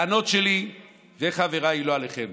הטענות שלי וחבריי הן לא עליכם